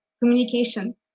communication